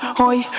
hoy